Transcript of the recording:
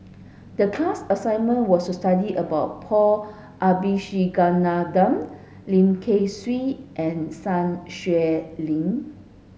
the class assignment was to study about Paul Abisheganaden Lim Kay Siu and Sun Xueling